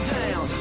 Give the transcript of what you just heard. down